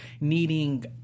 needing